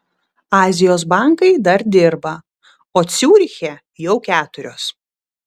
azijos bankai dar dirba o ciuriche jau keturios